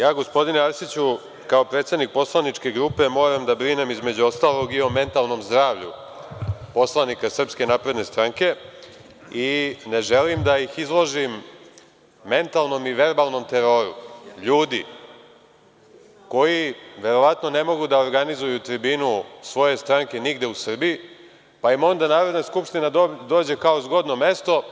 Ja, gospodine Arsiću, kao predsednik poslaničke grupe moram da brinem između ostalog i o mentalnom zdravlju poslanika SNS i ne želim da ih izložim mentalnom i verbalnom teroru ljudi koji verovatno ne mogu da organizuju tribinu svoje stranke nigde u Srbiji, pa im onda Narodna skupština dođe kao zgodno mesto.